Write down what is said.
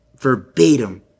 verbatim